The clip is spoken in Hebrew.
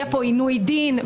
יהיה פה עינוי דין,